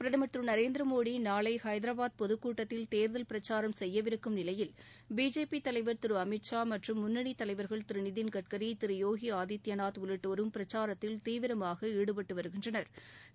பிரதமர் திரு நரேந்திரமோடி நாளை ஐதராபாத் பொதுக்கூட்டத்தில் தேர்தல் பிரச்சாரம் செய்யவிருக்கும் நிலையில் பிஜேபி தலைவர் திரு அமித்ஷா மற்றும் முன்னணித் தலைவா்கள் நிதின் கட்கரி யோகி உள்ளிட்டோரும் பிரச்சாரத்தில் தீவிரமாக ஈடுபட்டு ப் ஆதித்யநாத் வருகின்றனர்